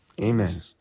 Amen